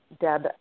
Deb